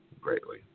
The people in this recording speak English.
greatly